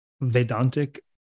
Vedantic